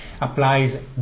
applies